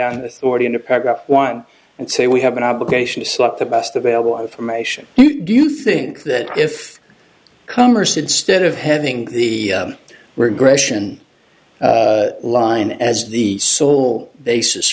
on already in a paragraph one and say we have an obligation to slot the best available information do you think that if commerce instead of having the regression line as the sole basis